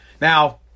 Now